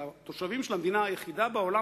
על התושבים של המדינה היחידה בעולם,